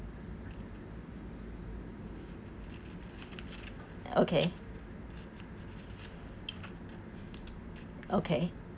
okay okay